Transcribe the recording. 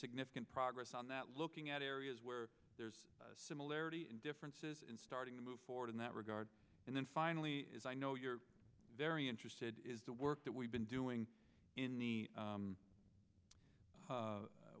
significant progress on that looking at areas where there's similarities and differences in starting to move forward in that regard and then finally as i know you're very interested is the work that we've been doing in the